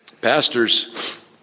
Pastors